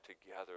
together